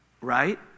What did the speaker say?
right